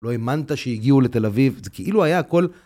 לא האמנת שהגיעו לתל אביב, זה כאילו היה הכל...